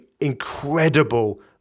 incredible